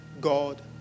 God